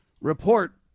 report